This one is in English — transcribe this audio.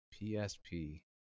PSP